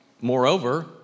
Moreover